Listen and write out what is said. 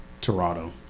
Toronto